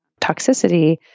toxicity